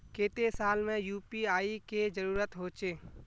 केते साल में यु.पी.आई के जरुरत होचे?